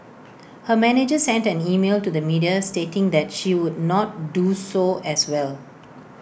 her manager sent an email to the media stating that she would not do so as well